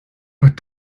but